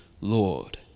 Lord